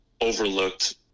overlooked